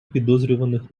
підозрюваних